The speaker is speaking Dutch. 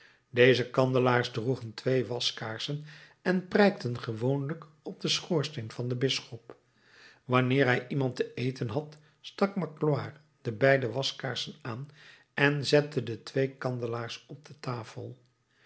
deze kandelaars droegen twee waskaarsen en prijkten gewoonlijk op den schoorsteen van den bisschop wanneer hij iemand ten eten had stak magloire de beide waskaarsen aan en zette de twee kandelaars op de tafel